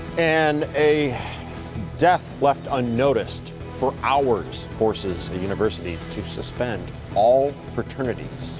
and a death left unnoticed for hours forces a university to suspend all fraternities.